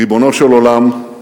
ריבונו של עולם,